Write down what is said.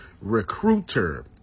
recruiter